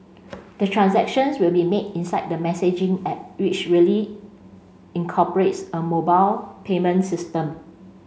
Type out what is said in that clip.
the transactions will be made inside the messaging app which really incorporates a mobile payment system